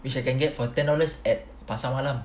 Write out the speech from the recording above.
which I can get for ten dollars at pasar malam